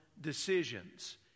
decisions